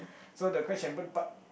so the crash and burn part